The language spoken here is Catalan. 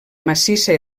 massissa